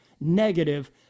negative